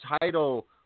title